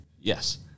Yes